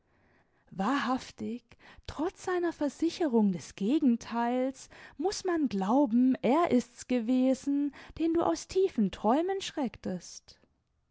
wahrhaftig trotz seiner versicherung des gegentheils muß man glauben er ist's gewesen den du aus tiefen träumen schrecktest